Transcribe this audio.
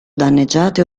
danneggiate